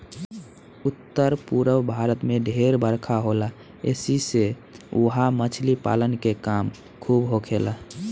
उत्तर पूरब भारत में ढेर बरखा होला ऐसी से उहा मछली पालन के काम खूब होखेला